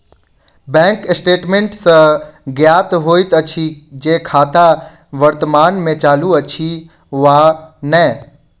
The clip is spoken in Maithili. बैंक स्टेटमेंट सॅ ज्ञात होइत अछि जे खाता वर्तमान मे चालू अछि वा नै